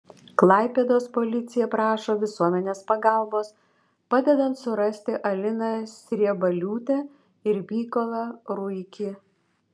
klaipėdos policija prašo visuomenės pagalbos padedant surasti aliną sriebaliūtę ir mykolą ruikį